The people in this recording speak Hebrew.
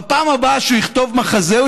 בפעם הבאה שיכתוב מחזה,